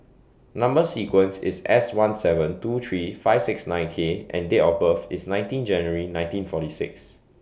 Number sequence IS S one seven two three five six nine K and Date of birth IS nineteen January nineteen forty six